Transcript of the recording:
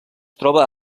troba